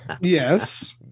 yes